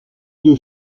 deux